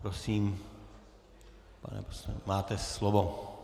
Prosím, máte slovo.